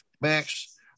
Max